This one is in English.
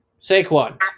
Saquon